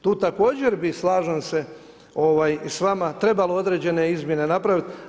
Tu također bi, slažem se s vama, trebalo određene izmjene napraviti.